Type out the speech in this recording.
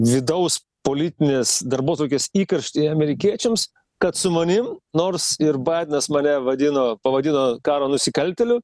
vidaus politinės darbotvarkės įkarštyje amerikiečiams kad su manim nors ir baidenas mane vadino pavadino karo nusikaltėliu